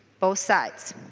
both sides.